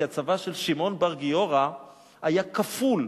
כי הצבא של שמעון בר גיורא היה כפול.